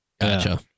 gotcha